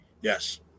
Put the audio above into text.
Yes